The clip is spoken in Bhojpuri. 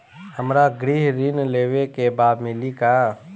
हमरा गृह ऋण लेवे के बा मिली का?